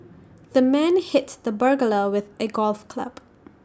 the man hit the burglar with A golf club